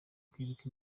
kwibuka